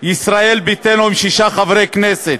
שלישראל ביתנו, עם שישה חברי כנסת,